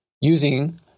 using